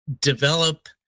develop